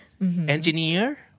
engineer